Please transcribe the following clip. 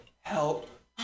Help